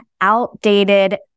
outdated